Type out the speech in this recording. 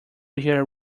hear